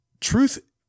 truth